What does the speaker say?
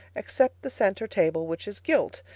except the center table, which is gilt.